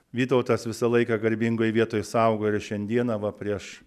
vytautas visą laiką garbingoj vietoj saugojo ir šiandieną va prieš